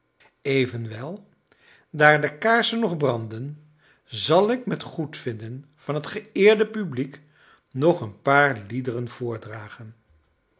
evenwel daar de kaarsen nog branden zal ik met goedvinden van het geëerde publiek nog een paar liederen voordragen